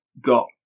got